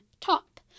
top